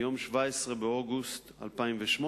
מיום 17 באוגוסט 2008,